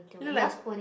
look like